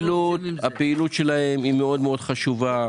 הפעילות שלהם מאוד מאוד חשובה,